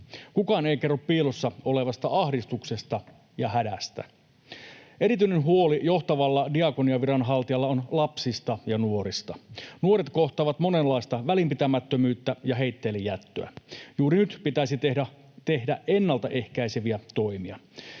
Kukaan ei kerro piilossa olevasta ahdistuksesta ja hädästä. Erityinen huoli johtavalla diakoniaviranhaltijalla on lapsista ja nuorista. Nuoret kohtaavat monenlaista välinpitämättömyyttä ja heitteillejättöä. Juuri nyt pitäisi tehdä ennaltaehkäiseviä toimia.